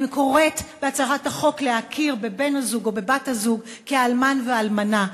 אני קוראת בהצעת החוק להכיר בבן-הזוג או בבת-הזוג כאלמן ואלמנה.